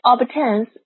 obtains